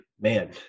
man